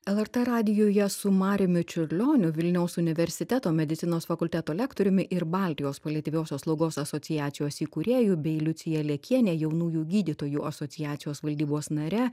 lrt radijuje su mariumi čiurlioniu vilniaus universiteto medicinos fakulteto lektoriumi ir baltijos paliatyviosios slaugos asociacijos įkūrėjų bei liucija lekiene jaunųjų gydytojų asociacijos valdybos nare